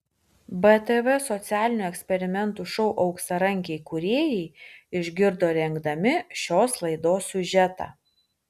btv socialinių eksperimentų šou auksarankiai kūrėjai išgirdo rengdami šios laidos siužetą